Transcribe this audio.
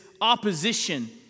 opposition